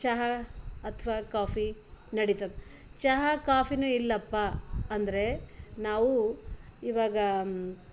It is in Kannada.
ಚಹಾ ಅಥವಾ ಕಾಫಿ ನಡೀತದ ಚಹಾ ಕಾಫಿನೂ ಇಲ್ಲಪ್ಪ ಅಂದರೆ ನಾವು ಇವಾಗ